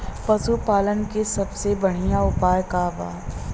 पशु पालन के सबसे बढ़ियां उपाय का बा?